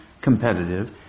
competitive